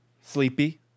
Sleepy